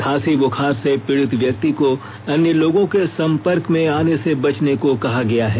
खांसी बुखार से पीड़ित व्यक्ति को अन्य लोगों के संपर्क आने से बचने को कहा गया है